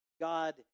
God